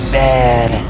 bad